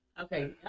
Okay